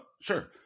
sure